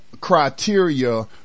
criteria